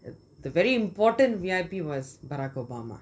the very important V_I_P was barack obama